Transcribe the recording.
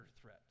threat